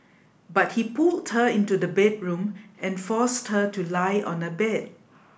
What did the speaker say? but he pulled her into the bedroom and forced her to lie on a bed